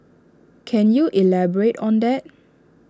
can you elaborate on that